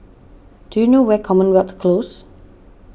do you know where is Commonwealth Close